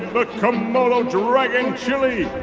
but komodo dragon chili